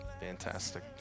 fantastic